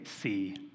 see